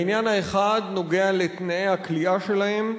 העניין האחד נוגע בתנאי הכליאה שלהם,